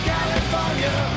California